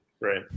Right